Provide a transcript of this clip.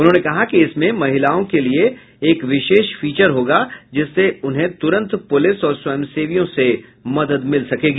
उन्होंने कहा कि इसमें महिलाओं के लिए एक विशेष फीचर होगा जिससे उन्हें तुरंत प्रलिस और स्वयंसेवियों से मदद मिल सकेगी